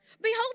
Behold